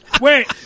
Wait